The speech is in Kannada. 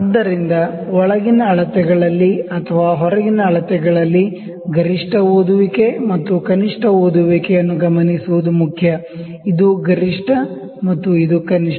ಆದ್ದರಿಂದ ಒಳಗಿನ ಅಳತೆಗಳಲ್ಲಿ ಅಥವಾ ಹೊರಗಿನ ಅಳತೆಗಳಲ್ಲಿ ಗರಿಷ್ಠ ರೀಡಿಂಗ್ ಮತ್ತು ಕನಿಷ್ಠ ರೀಡಿಂಗ್ ನ್ನು ಗಮನಿಸುವುದು ಮುಖ್ಯ ಇದು ಗರಿಷ್ಠ ಮತ್ತು ಇದು ಕನಿಷ್ಠ